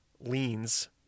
leans